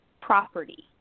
property